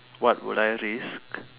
what would I risk